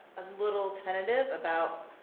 a little tentative about